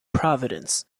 providence